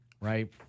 Right